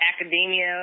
academia